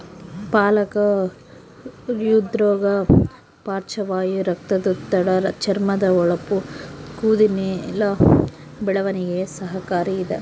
ಪಾಲಕ ಹೃದ್ರೋಗ ಪಾರ್ಶ್ವವಾಯು ರಕ್ತದೊತ್ತಡ ಚರ್ಮದ ಹೊಳಪು ಕೂದಲಿನ ಬೆಳವಣಿಗೆಗೆ ಸಹಕಾರಿ ಇದ